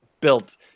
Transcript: built